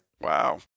Wow